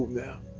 now.